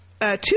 two